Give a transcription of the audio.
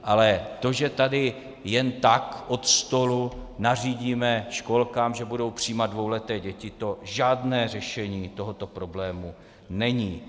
Ale to, že tady jen tak od stolu nařídíme školkám, že budou přijímat dvouleté děti, to žádné řešení tohoto problému není.